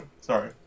Sorry